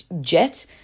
jet